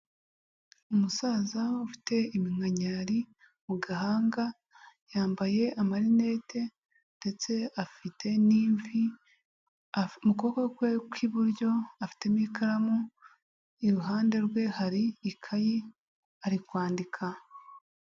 Umusaza ufite iminkanyari, mu gahanga, yambaye amarinete ndetse afite n'imvi, mu kuboko kwe kw'iburyo afitemo ikaramu, iruhande rwe hari ikayi ari kwandika.